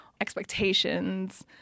expectations